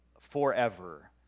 forever